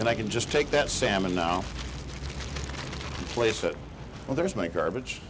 and i can just take that salmon now place it well there's my garbage